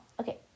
Okay